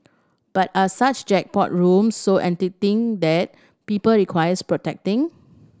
but are such jackpot rooms so enticing that people requires protecting